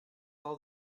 all